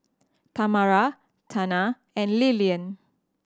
Tamara Tana and Lilyan